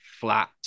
flat